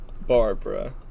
Barbara